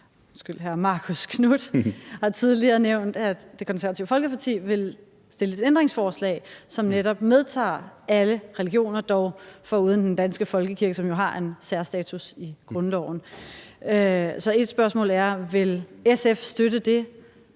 Marcus Knuth tidligere nævnt, at Det Konservative Folkeparti vil stille et ændringsforslag, som netop medtager alle religioner, dog foruden den danske folkekirke, som jo har en særstatus i grundloven. Så et spørgsmål er: Vil SF støtte det?